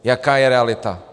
Jaká je realita?